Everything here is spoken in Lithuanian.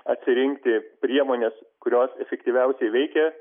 atsirinkti priemones kurios efektyviausiai veikia